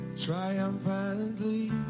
Triumphantly